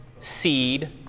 seed